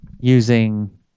using